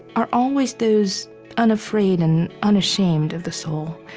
are always those unafraid and unashamed of the soul.